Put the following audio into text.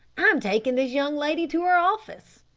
i'm taking this young lady to her office.